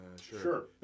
Sure